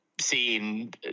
seeing